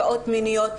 נפגעות מיניות.